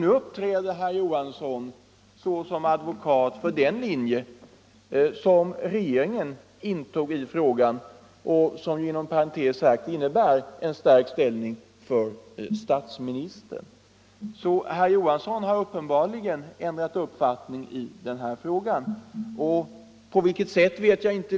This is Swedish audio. Nu uppträder herr Johansson som advokat för den ståndpunkt som regeringen intog i frågan och som inom parentes sagt innebär en stärkt ställning för statsministern. Herr Johansson har uppenbarligen ändrat uppfattning i denna fråga.